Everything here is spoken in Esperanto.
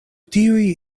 tiuj